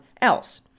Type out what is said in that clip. else